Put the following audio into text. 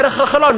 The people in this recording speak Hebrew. דרך החלון,